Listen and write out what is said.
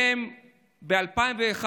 וב-2001,